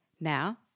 Now